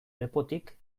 lepotik